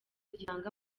gitanga